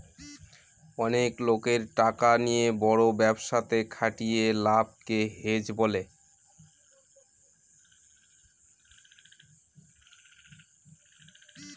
অনেক লোকের টাকা নিয়ে বড় ব্যবসাতে খাটিয়ে লাভকে হেজ বলে